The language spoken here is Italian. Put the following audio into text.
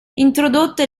introdotte